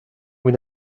vous